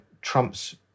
Trump's